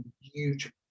huge